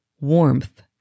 warmth